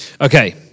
Okay